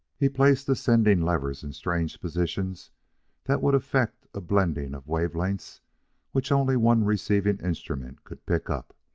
he placed the sending-levers in strange positions that would effect a blending of wave lengths which only one receiving instrument could pick up.